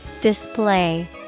Display